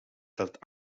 telt